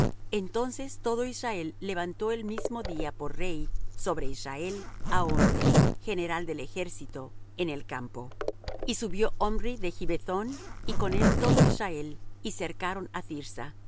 entonces todo israel levantó el mismo día por rey sobre israel á omri general del ejército en el campo y subió omri de gibbethón y con él todo israel y cercaron á thirsa